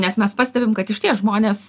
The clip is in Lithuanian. nes mes pastebim kad išties žmonės